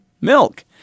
milk